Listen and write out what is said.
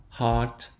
heart